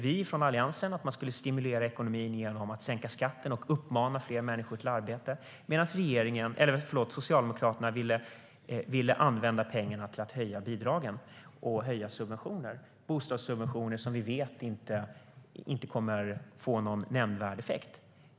Vi från Alliansen tyckte att man skulle stimulera ekonomin genom att sänka skatten och uppmana fler människor till arbete medan Socialdemokraterna ville använda pengarna till att höja bidragen och öka bostadssubventionerna, vilket vi vet inte kommer att ge någon nämnvärd effekt.